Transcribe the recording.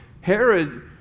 Herod